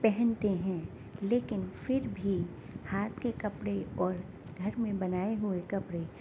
پہنتے ہیں لیکن پھر بھی ہاتھ کے کپڑے اور گھر میں بنائے ہوئے کپڑے